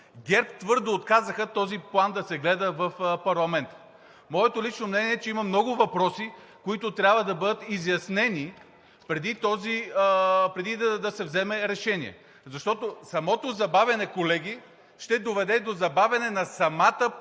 ГЕРБ твърдо отказаха този план да се гледа в парламента. Моето лично мнение е, че има много въпроси, които трябва да бъдат изяснени, преди да се вземе решение. Защото самото забавяне, колеги, ще доведе до забавяне на самата процедура.